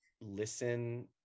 listen